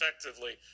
effectively